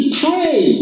pray